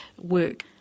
work